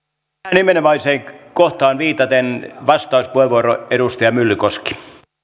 nimenomaiseen kohtaan viitaten vastauspuheenvuoro edustaja myllykoski